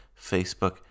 Facebook